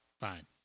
Fine